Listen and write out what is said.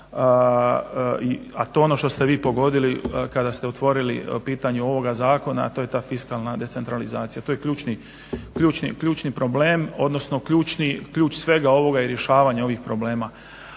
a to je ono što ste vi pogodili kada ste otvorili pitanje ovoga zakona a to je ta fiskalna decentralizacija. To je ključni problem odnosno ključ svega ovoga i rješavanja ovih problema.